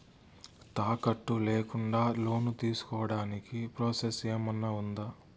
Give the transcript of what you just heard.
తాకట్టు లేకుండా లోను తీసుకోడానికి ప్రాసెస్ ఏమన్నా ఉందా?